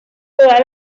todas